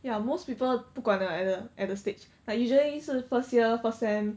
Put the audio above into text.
ya most people 不管 liao at the at the stage like usually 是 first year first sem